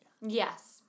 Yes